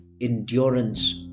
endurance